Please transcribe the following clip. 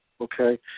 okay